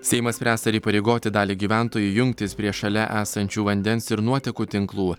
seimas spręs ar įpareigoti dalį gyventojų jungtis prie šalia esančių vandens ir nuotekų tinklų